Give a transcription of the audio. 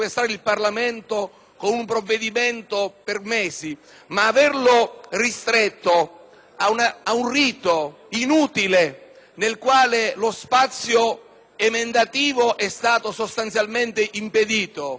in un rito inutile, nel quale lo spazio emendativo è stato sostanzialmente impedito, che manca di forza propositiva